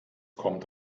kommt